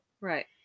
Right